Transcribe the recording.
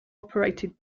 operated